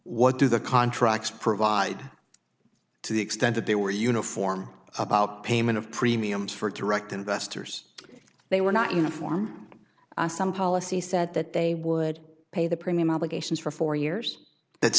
what do the contracts provide to the extent that they were uniform about payment of premiums for direct investors they were not uniform policy said that they would pay the premium obligations for four years